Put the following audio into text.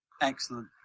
Excellent